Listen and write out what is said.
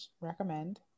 recommend